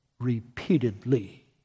Repeatedly